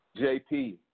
JP